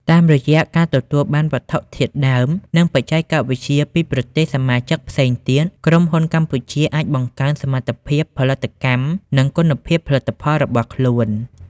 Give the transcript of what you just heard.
តាមរយៈការទទួលបានវត្ថុធាតុដើម និងបច្ចេកវិទ្យាពីប្រទេសសមាជិកផ្សេងទៀត ក្រុមហ៊ុនកម្ពុជាអាចបង្កើនសមត្ថភាពផលិតកម្ម និងគុណភាពផលិតផលរបស់ខ្លួន។